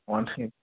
অনেক